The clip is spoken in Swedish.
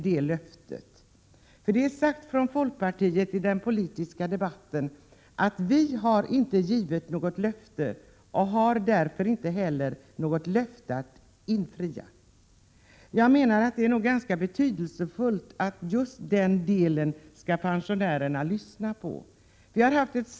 Folkpartiet har sagt i den politiska debatten att folkpartiet inte har givit något löfte och därför inte heller har något löfte att infria. Jag menar att det är Prot. 1987/88:133 betydelsefullt för pensionärerna att lyssna just på detta.